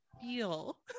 feel